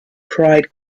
cried